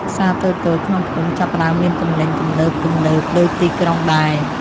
ផ្សារតូចៗក្នុងភូមិចាប់ផ្ដើមមានទំនិញទំនើបៗដូចទីក្រុងដែរ។